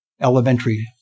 elementary